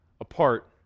apart